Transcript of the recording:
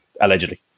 allegedly